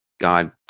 God